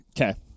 Okay